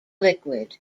liquid